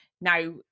Now